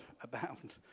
abound